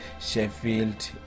sheffield